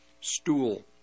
stool